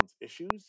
issues